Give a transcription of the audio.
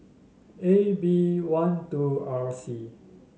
A B one two R C